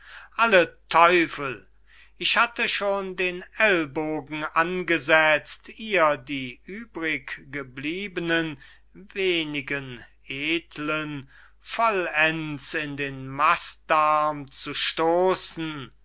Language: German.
alle teufel ich hatte schon den ellenbogen angesetzt ihr die übriggebliebenen wenigen edlen vollends in den mastdarm zu stossen